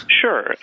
Sure